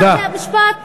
סליחה, משפט.